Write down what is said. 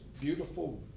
beautiful